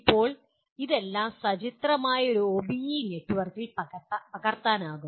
ഇപ്പോൾ ഇതെല്ലാം സചിത്രമായ ഒബിഇ നെറ്റ്വർക്കിൽ പകർത്താനാകും